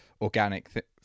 organic